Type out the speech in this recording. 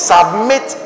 Submit